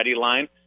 line